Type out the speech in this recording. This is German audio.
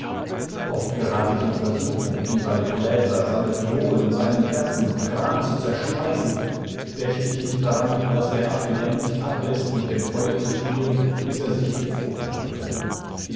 oft gerat ich in versuchung ihm seine gläser seine phiolen seinen ganzen kram zu zerschmeißen dächt ich nicht daran daß der affe ja nicht abläßt mit dem feuer zu spielen bis er sich die pfoten verbrennt